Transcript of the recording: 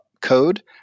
code